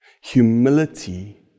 Humility